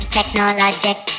Technologic